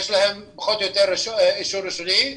יש להם אישור ראשוני.